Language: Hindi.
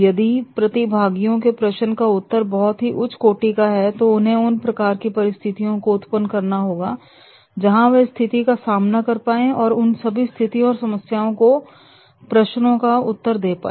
यदि प्रतिभागियों के प्रश्न का उत्तर बहुत ही उच्च कोटि का है तो उन्हें उन प्रकार की परिस्थितियों को उत्पन्न करना होगा जहां वह स्थिति का सामना कर पाए और उन सभी स्थितियों और समस्याओं और प्रश्नों का उत्तर दे पाए